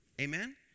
Amen